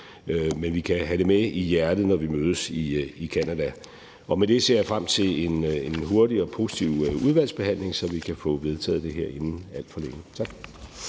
Men vi kan have det med i hjertet, når vi mødes i Canada. Med det vil jeg sige, at jeg ser frem til en hurtig og positiv udvalgsbehandling, så vi kan få vedtaget det her inden alt for længe. Tak.